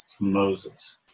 Moses